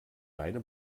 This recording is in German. beine